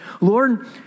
Lord